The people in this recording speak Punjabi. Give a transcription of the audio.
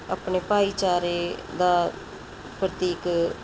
ਆਪਣੇ ਭਾਈਚਾਰੇ ਦਾ ਪ੍ਰਤੀਕ